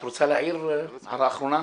את רוצה להעיר הערה אחרונה?